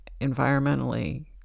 environmentally